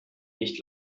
nicht